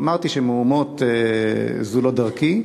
אמרתי שמהומות, זו לא דרכי,